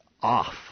off